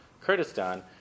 Kurdistan